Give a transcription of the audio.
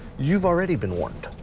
you've already been warned.